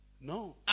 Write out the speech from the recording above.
No